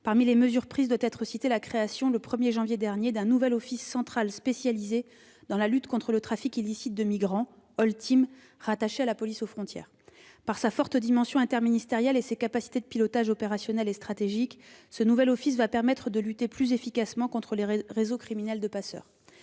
Parmi les mesures prises, je veux citer la création, le 1 janvier dernier, d'un nouvel office central spécialisé, l'Office de lutte contre le trafic illicite de migrants (Oltim), rattaché à la police aux frontières (PAF). Par sa forte dimension interministérielle et ses capacités de pilotage opérationnel et stratégique, ce nouvel office va permettre de lutter plus efficacement contre les réseaux criminels de passeurs.